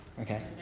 Okay